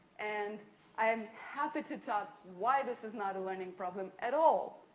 and i'm happy to talk why this is not a learning problem at all.